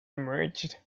emerged